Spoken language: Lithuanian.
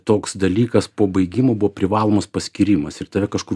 toks dalykas po baigimo buvo privalomas paskyrimas ir tave kažkur